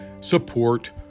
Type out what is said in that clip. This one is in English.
support